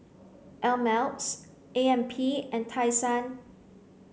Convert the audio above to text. Ameltz A M P and Tai Sun